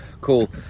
cool